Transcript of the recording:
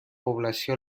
població